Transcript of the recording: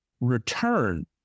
return